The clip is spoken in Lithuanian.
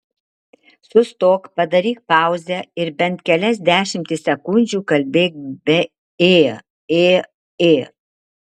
sustok padaryk pauzę ir bent kelias dešimtis sekundžių kalbėk be ė ė ė